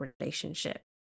relationship